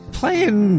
playing